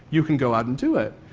you can go out and do it.